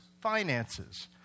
finances